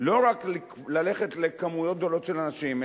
לא רק ללכת לכמויות גדולות של אנשים,